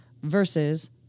versus